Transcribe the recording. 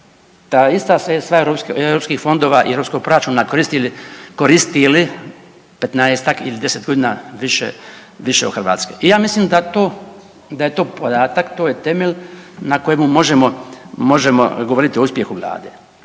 ta ista sredstva europskih fondova i europskog proračuna koristili 15-tak ili 10 godina više od Hrvatske. Ja mislim da je to podatak, to je temelj na kojemu možemo govoriti o uspjehu Vlade.